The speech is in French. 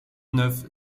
neuf